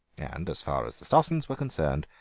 and, as far as the stossens were concerned,